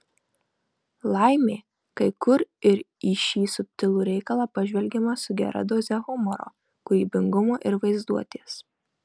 laimė kai kur ir į šį subtilų reikalą pažvelgiama su gera doze humoro kūrybingumo ir vaizduotės